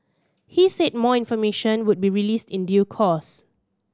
he said more information would be released in due course